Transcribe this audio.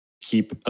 Keep